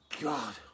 God